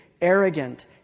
arrogant